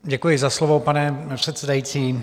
Děkuji za slovo, pane předsedající.